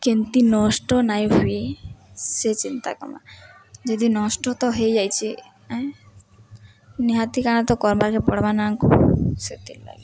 କେମିତି ନଷ୍ଟ ନାଇଁ ହୁଏ ସେ ଚିନ୍ତା କର୍ମା ଯଦି ନଷ୍ଟ ତ ହେଇଯାଇଛେ ଏଁ ନିହାତି କାଣା ତ କର୍ବାକେ ପଡ଼୍ବା ନା ସେଥିର୍ଲାଗି